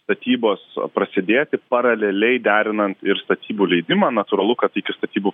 statybos prasidėti paraleliai derinant ir statybų leidimą natūralu kad iki statybų